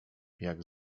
jak